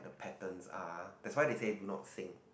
the patterns are that's why they said do not sing